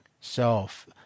self